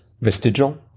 Vestigial